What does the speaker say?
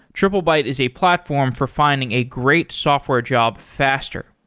triplebyte is a platform for finding a great software job faster.